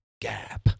Gap